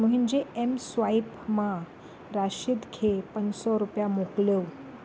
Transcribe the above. मुंहिंजी M swipe मां राशिद खे पंज सौ रुपिया मोकिलियो